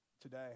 today